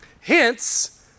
Hence